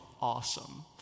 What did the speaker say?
awesome